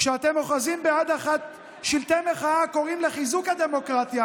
כשאתם אוחזים ביד אחת שלטי מחאה הקוראים לחיזוק הדמוקרטיה